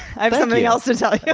i have something else to tell yeah